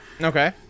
Okay